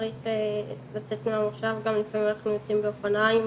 צריך לצאת מהמושב לפעמים אנחנו יוצאים באופניים.